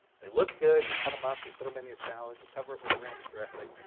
they look good. you cut them up. you put them in your salad. you cover it with ranch dressing.